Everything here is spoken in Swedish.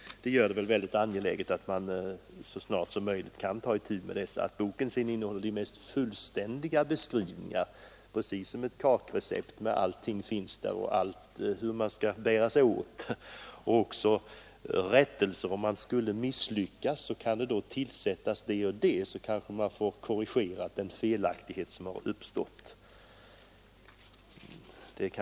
Detta gör det synnerligen angeläget att man så snart som möjligt kan ta itu med hanteringen. Boken innehåller också de mest fullständiga beskrivningar på brännvinstillverkning. Allt finns med om hur man skall gå till väga, även anvisningar för den händelse man skulle misslyckas. Genom att tillsätta det och det kan man korrigera den felaktighet som uppstått.